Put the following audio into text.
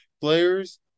players